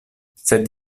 sed